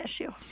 issue